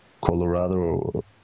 Colorado